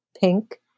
pink